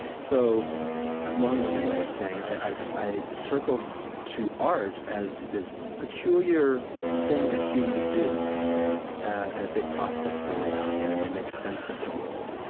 so a long-winded way of saying, i circled to art as this peculiar thing that humans do as they process their reality, or they make sense of their world,